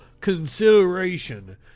consideration